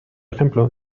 ejemplo